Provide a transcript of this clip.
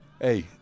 Hey